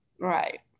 Right